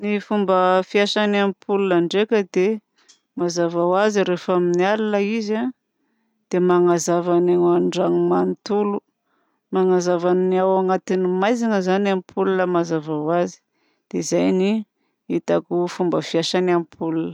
Ny fomba fiasan'ny ampoule ndraika dia mazava ho azy rehefa amin'ny alina izy dia magnazava ny ao an-dragno magnontolo. Magnazava ny ao anaty ny maizina zany ny ampoule mazava ho azy. Dia izay ny hitako fomba fiasan'ny ampoule.